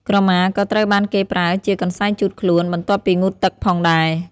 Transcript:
ក្រមាក៏ត្រូវបានគេប្រើជា កន្សែងជូតខ្លួន បន្ទាប់ពីងូតទឹកផងដែរ។